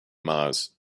mars